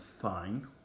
Fine